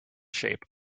shape